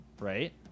Right